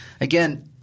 Again